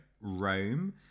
Rome